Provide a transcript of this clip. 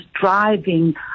driving